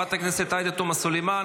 חברת הכנסת עאידה תומא סלימאן,